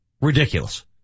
ridiculous